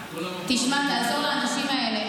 תעזור לאנשים האלה.